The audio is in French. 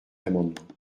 amendement